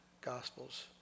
gospels